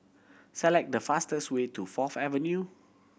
select the fastest way to Fourth Avenue